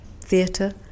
theatre